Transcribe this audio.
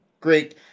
Great